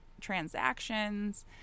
transactions